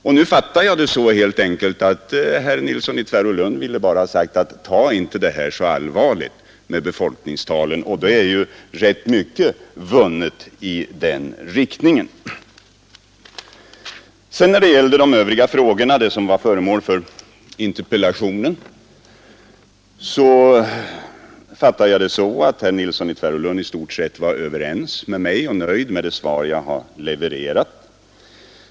Nu fattade jag det så att herr Nilsson i Tvärålund helt enkelt vill ha sagt: Ta inte det här med befolkningstalen så allvarligt! Och då är ju mycket vunnet. När det gäller de övriga frågorna, som varit föremål för interpellationen, fattade jag det så att herr Nilsson i Tvärålund i stort sett var nöjd med det svar jag har levererat.